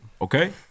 Okay